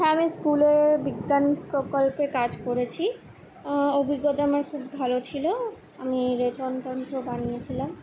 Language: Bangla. হ্যাঁ আমি স্কুলে বিজ্ঞান প্রকল্পে কাজ করেছি অভিজ্ঞতা আমার খুব ভালো ছিলো আমি রেচনতন্ত্র বানিয়েছিলাম